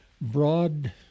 broad